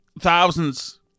Thousands